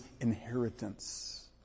inheritance